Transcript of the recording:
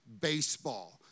baseball